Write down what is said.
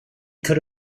could